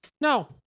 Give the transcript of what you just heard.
No